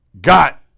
got